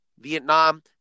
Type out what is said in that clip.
Vietnam